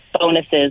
bonuses